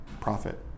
profit